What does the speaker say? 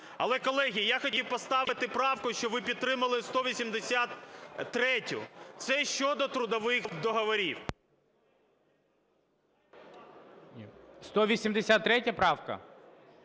Але, колеги, я хотів поставити правку, щоб ви підтримали, 183. Це щодо трудових договорів… ГОЛОВУЮЧИЙ.